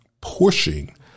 pushing